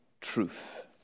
truth